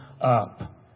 up